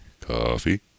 Coffee